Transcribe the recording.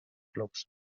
clubs